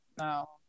no